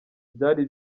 byari